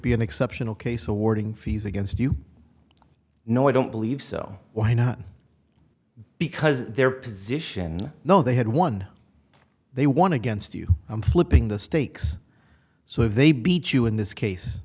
be an exceptional case awarding fees against you no i don't believe so why not because their position know they had one they want to get steve i'm flipping the stakes so if they beat you in this case